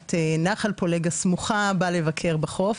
משמורת נחל פולג הסמוכה בא לבקר בחוף.